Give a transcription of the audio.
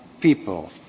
people